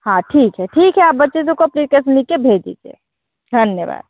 हाँ ठीक है ठीक है आप बच्चे जो को अप्लीकेसन लिख कर भेज दीजिए धन्यवाद